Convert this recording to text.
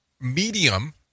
medium